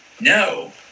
no